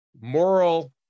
moral